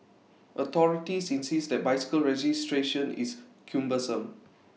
authorities insist that bicycle registration is cumbersome